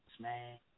man